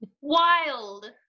Wild